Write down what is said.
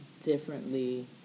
differently